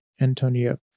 Antonio